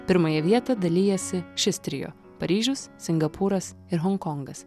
pirmąją vietą dalijasi šis trio paryžius singapūras ir honkongas